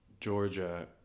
Georgia